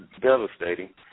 devastating